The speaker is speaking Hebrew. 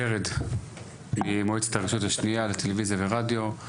ורד ממועצת הרשות השנייה לטלוויזיה ורדיו,